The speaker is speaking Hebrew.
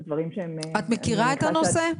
את מכירה את הנושא?